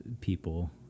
people